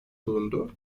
bulundu